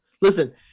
Listen